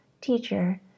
Teacher